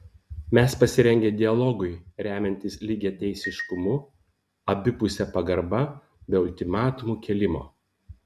mes pasirengę dialogui remiantis lygiateisiškumu abipuse pagarba be ultimatumų kėlimo